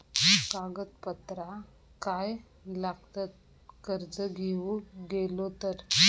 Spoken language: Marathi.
कागदपत्रा काय लागतत कर्ज घेऊक गेलो तर?